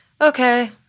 okay